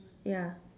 ya